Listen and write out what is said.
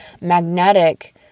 magnetic